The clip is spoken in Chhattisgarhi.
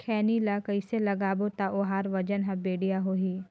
खैनी ला कइसे लगाबो ता ओहार वजन हर बेडिया होही?